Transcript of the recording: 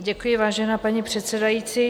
Děkuji, vážená paní předsedající.